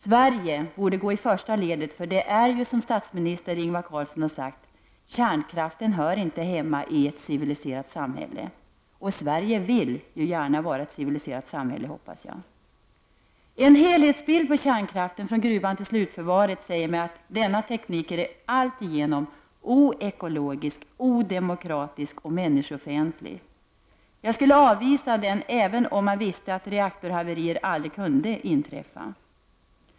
Sverige borde gå i första ledet, för det är ju som statsminister Ingvar Carlsson har sagt, kärnkraften hör inte hemma i ett civiliserat samhälle, och Sverige vill ju gärna vara ett civiliserat samhälle, hoppas jag. Jag skulle avvisa kärnkraften även om jag visste att reaktorhaverier aldrig kunde inträffa.